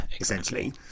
essentially